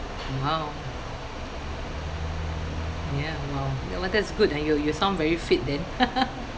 !wow! ya !wow! ya !wah! that's good ah you you sound very fit then